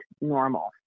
normal